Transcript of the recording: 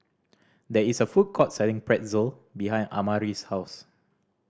there is a food court selling Pretzel behind Amari's house